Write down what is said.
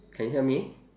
can you hear me